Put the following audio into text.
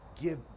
give